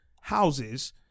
houses